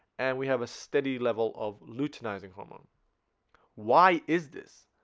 and we have a steady level of luteinizing hormone why is this?